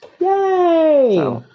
Yay